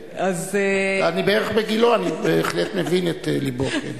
אני בערך בגילו, אני בהחלט מבין את לבו.